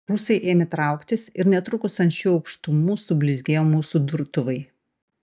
rusai ėmė trauktis ir netrukus ant šių aukštumų sublizgėjo mūsų durtuvai